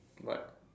what